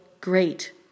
great